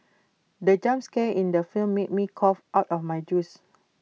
the jump scare in the film made me cough out my juice